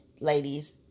ladies